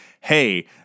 Hey